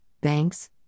Banks